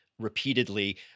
repeatedly